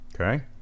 okay